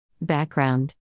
Background